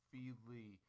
Feedly